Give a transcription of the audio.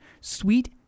Sweet